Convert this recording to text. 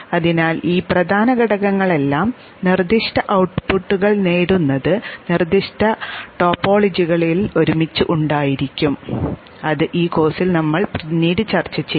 അതിനാൽ ഈ പ്രധാന ഘടകങ്ങളെല്ലാം നിർദ്ദിഷ്ട ഔട്ട്പുട്ടുകൾ നേടുന്നതിന് നിർദ്ദിഷ്ട ടോപ്പോളജികളിൽ ഒരുമിച്ച് ഉണ്ടായിരിക്കും അത് ഈ കോഴ്സിൽ നമ്മൾ പിന്നീട് ചർച്ച ചെയ്യും